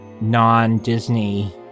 non-disney